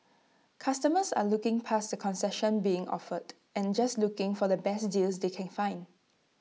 customers are looking past the concessions being offered and just looking for the best deals they can find